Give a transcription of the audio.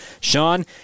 Sean